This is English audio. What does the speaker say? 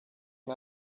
can